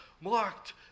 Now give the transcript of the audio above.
marked